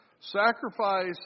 Sacrifice